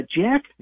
Jack